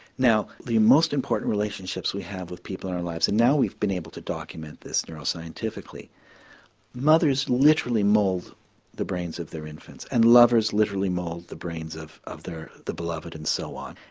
now the most important relationships we have with people in our lives and now we've been able to document this neuro scientifically mothers literally mould the brains of their infants and lovers literally mould the brains of of their beloved and so on,